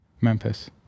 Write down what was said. Memphis